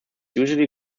unusually